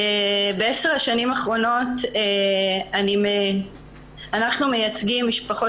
ב-10 השנים האחרונות אנחנו מייצגים משפחות